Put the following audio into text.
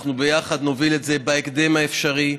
אנחנו ביחד נוביל את זה בהקדם האפשרי.